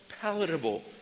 palatable